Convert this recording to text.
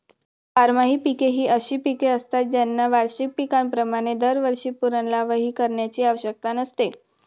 बारमाही पिके ही अशी पिके असतात ज्यांना वार्षिक पिकांप्रमाणे दरवर्षी पुनर्लावणी करण्याची आवश्यकता नसते